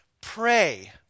pray